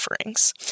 offerings